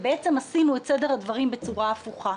בעצם עשינו את סדר הדברים בצורה הפוכה.